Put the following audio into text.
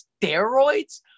steroids